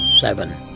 seven